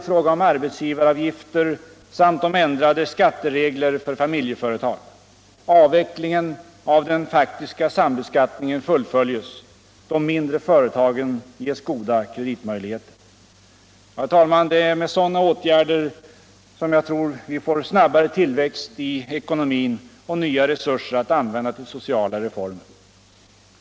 Jag tror att det är med sådana åtgärder vi får snabbare tillväxt i ekonomin och nya resurser att använda till sociala reformer.